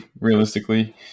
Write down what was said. realistically